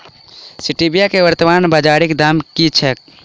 Stevia केँ वर्तमान बाजारीक दाम की छैक?